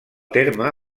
terme